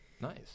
Nice